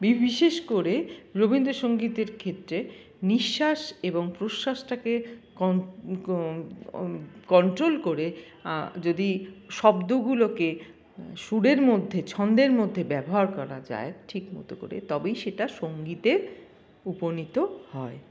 বিশেষ করে রবীন্দ্রসঙ্গীতের ক্ষেত্রে নিঃশ্বাস এবং প্রশ্বাসটাকে কন কন্ট্রোল করে যদি শব্দগুলোকে সুরের মধ্যে ছন্দের মধ্যে ব্যবহার করা যায় ঠিক মতো করে তবেই সেটা সঙ্গীতের উপনীত হয়